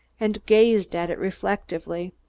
and gazed at it reflectively.